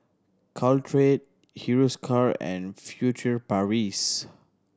Caltrate Hiruscar and Furtere Paris